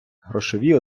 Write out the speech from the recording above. грошові